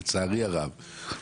לצערי הרב.